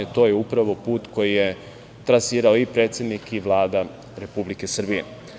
To je upravo put koji je trasirao i predsednik i Vlada Republike Srbije.